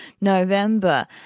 November